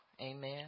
Amen